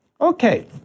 Okay